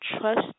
Trust